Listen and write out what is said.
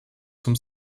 zum